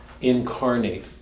incarnate